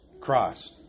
Christ